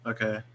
Okay